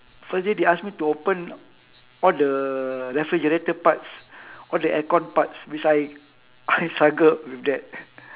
first day they ask me to open all the refrigerator parts all the aircon parts which I I struggled with that